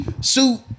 suit